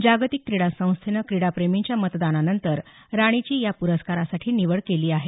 जागतिक क्रीडा संस्थेनं क्रीडा प्रेमींच्या मतदानानंतर राणीची या प्रस्कारासाठी निवड केली आहे